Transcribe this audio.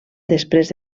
després